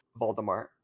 Voldemort